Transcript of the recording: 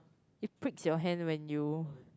it pricks your hand when you